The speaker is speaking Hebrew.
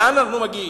לאן אנחנו מגיעים?